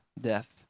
death